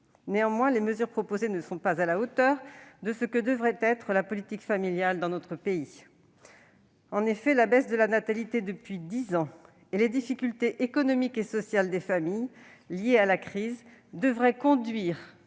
Néanmoins, les dispositions proposées ne sont pas à la hauteur de ce que devrait être la politique familiale dans notre pays. En effet, la baisse de la natalité depuis dix ans et les difficultés économiques et sociales liées à la crise devraient conduire